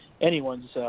anyone's